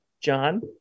john